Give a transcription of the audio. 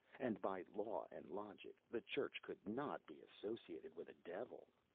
and, by law and logic, the church could not be associated with a devil.